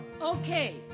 Okay